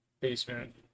Basement